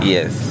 Yes